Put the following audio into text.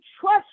trust